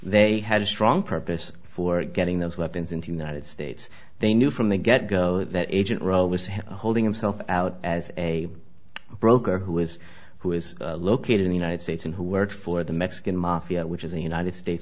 they had a strong purpose for getting those weapons in the united states they knew from the get go that agent role was holding himself out as a broker who is who is located in the united states and who work for the mexican mafia which is a united states